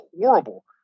horrible